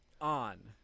on